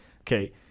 Okay